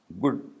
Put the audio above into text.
good